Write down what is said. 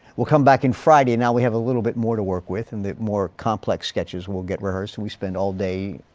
we'll come back in friday, now we have a little bit more to work with and more complex sketches will get rehearsed and we spend all day,